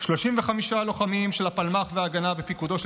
35 לוחמים של הפלמ"ח וההגנה בפיקודו של